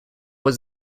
was